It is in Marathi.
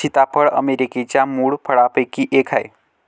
सीताफळ अमेरिकेच्या मूळ फळांपैकी एक आहे